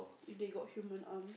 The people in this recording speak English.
if they got human arm